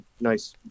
Nice